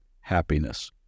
happiness